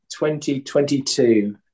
2022